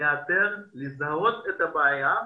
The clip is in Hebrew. לזהות את הבעיה,